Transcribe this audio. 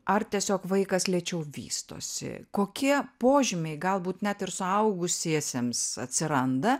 ar tiesiog vaikas lėčiau vystosi kokie požymiai galbūt net ir suaugusiesiems atsiranda